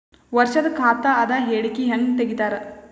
ವರ್ಷದ ಖಾತ ಅದ ಹೇಳಿಕಿ ಹೆಂಗ ತೆಗಿತಾರ?